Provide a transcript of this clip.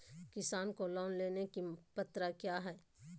किसान को लोन लेने की पत्रा क्या है?